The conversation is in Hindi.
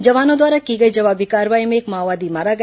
जवानों द्वारा की गई जवाबी कार्रवाई में एक माओवादी मारा गया